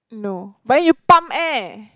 no but then you pump air